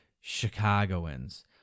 Chicagoans